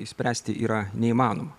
išspręsti yra neįmanoma